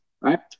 right